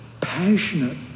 passionate